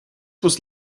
was